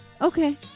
Okay